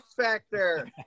factor